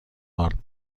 آرد